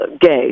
gay